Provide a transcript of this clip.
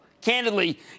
Candidly